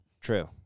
True